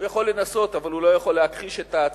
הוא יכול לנסות, אבל הוא לא יכול להכחיש את ההצלחה